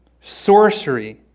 sorcery